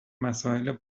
مسائل